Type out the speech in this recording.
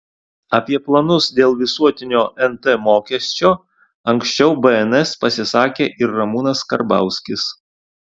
apie planus dėl visuotinio nt mokesčio anksčiau bns pasisakė ir ramūnas karbauskis